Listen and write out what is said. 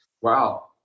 Wow